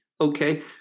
okay